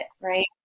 right